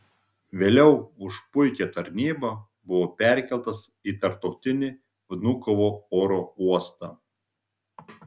vėliau už puikią tarnybą buvo perkeltas į tarptautinį vnukovo oro uostą